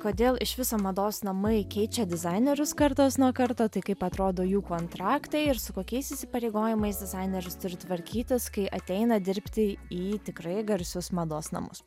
kodėl iš viso mados namai keičia dizainerius kartas nuo karto tai kaip atrodo jų kontraktai ir su kokiais įsipareigojimais dizaineris turi tvarkytis kai ateina dirbti į tikrai garsius mados namus